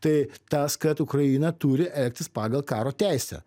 tai tas kad ukraina turi elgtis pagal karo teisę